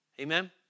Amen